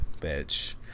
bitch